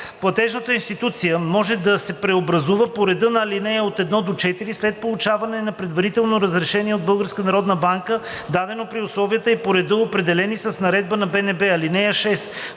Платежна институция може да се преобразува по реда на ал. 1 – 4 след получаване на предварително разрешение от БНБ, дадено при условия и по ред определени с наредба на БНБ. (6)